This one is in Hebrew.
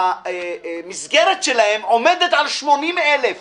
שהמסגרת שלהם עומדת על 80,000 שקל.